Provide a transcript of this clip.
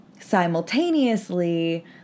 simultaneously